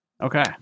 okay